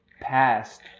past